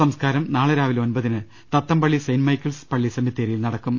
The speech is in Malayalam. സംസ്കാരം നാളെ രാവിലെ ഒൻപതിന് തത്തംപള്ളി സെന്റ് മൈക്കിൾസ് പള്ളി സെമിത്തേരിയിൽ നടക്കും